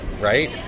right